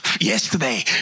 yesterday